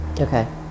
Okay